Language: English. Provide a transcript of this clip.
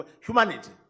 humanity